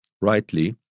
rightly